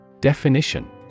Definition